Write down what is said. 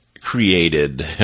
created